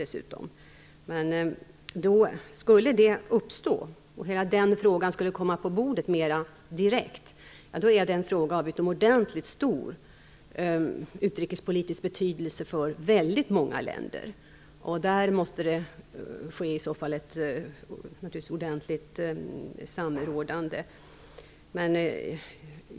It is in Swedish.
Skulle något sådant uppstå och frågan komma på bordet mera direkt, blir den en fråga av utomordentligt stor utrikespolitisk betydelse för väldigt många länder. Då måste det naturligtvis ske ett ordentligt samrådande.